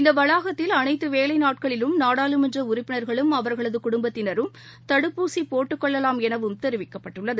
இந்தவளாகத்தில் அனைத்துவேலைநாட்களிலும் நாடாளுமன்றப்பினர்குளம் அவர்களதுகுடும்பத்தினரும் தடுப்பூசிபோட்டுக் கொள்ளலாம் எனவும் தெரிவிக்கப்பட்டுள்ளது